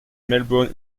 melbourne